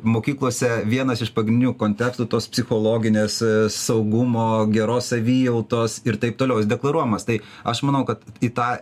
mokyklose vienas iš pagrindinių kontekstų tos psichologinės saugumo geros savijautos ir taip toliau jis deklaruojamas tai aš manau kad į tą